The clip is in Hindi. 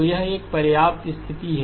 तो यह एक पर्याप्त स्थिति है